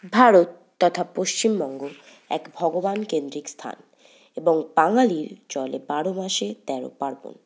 ভারত তথা পশ্চিমবঙ্গ এক ভগবান কেন্দ্রিক স্থান এবং বাঙালির চলে বারো মাসে তেরো পার্বন